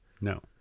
No